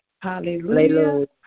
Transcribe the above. Hallelujah